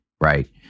right